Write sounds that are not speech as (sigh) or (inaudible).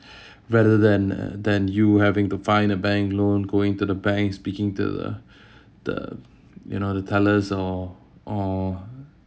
(breath) better than than you having to find a bank loan going to the bank speaking to the uh the you know the tellers or or